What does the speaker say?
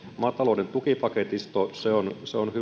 maatalouden tukipaketisto se on se on